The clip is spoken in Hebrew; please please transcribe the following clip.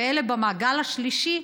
ואלה במעגל השלישי,